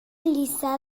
lliçà